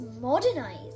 modernize